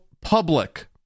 public